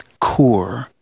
core